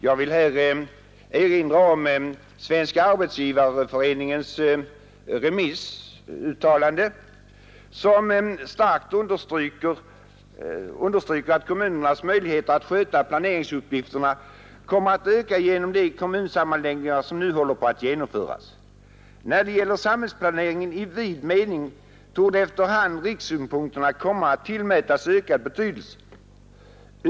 Jag vill här erinra om Svenska arbetsgivareföreningens remissuttalande, som starkt understryker att kommunernas möjligheter att sköta plane ringsuppgifterna kommer att öka genom de kommunsammanläggningar som nu håller på att genomföras. När det gäller samhällsplaneringen i vid mening torde efter hand rikssynpunkterna komma att tillmätas ökad betydelse, framhåller föreningen.